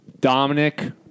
Dominic